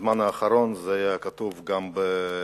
ובזמן האחרון זה היה כתוב גם בתקשורת.